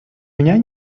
меня